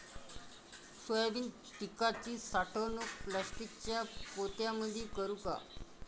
Soybean पिकाची साठवणूक प्लास्टिकच्या पोत्यामंदी करू का?